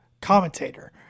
commentator